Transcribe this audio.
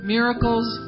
Miracles